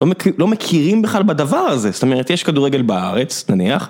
לא מכירים בכלל בדבר הזה, זאת אומרת, יש כדורגל בארץ, נניח